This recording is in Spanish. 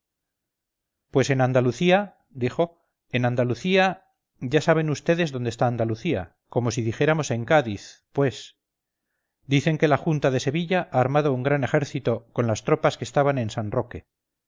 pues en andalucía dijo en andalucía yasaben vds dónde está andalucía como si dijéramos en cádiz pues dicen que la junta de sevilla ha armado un gran ejército con las tropas que estaban en san roque